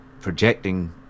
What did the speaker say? projecting